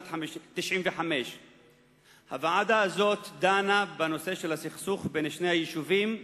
בשנת 1995. הוועדה הזאת דנה בנושא הסכסוך בין שני היישובים,